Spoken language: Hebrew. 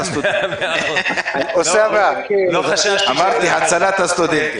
לא חששתי שזה אחרת.